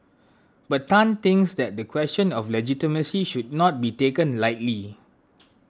but Tan thinks that the question of legitimacy should not be taken lightly